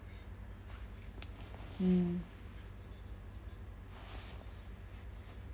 mm